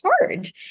hard